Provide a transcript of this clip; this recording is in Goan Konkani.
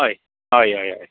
हय हय हय हय